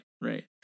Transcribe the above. right